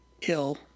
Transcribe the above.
ill